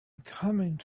coming